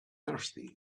thirsty